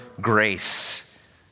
grace